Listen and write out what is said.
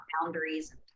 boundaries